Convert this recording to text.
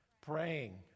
praying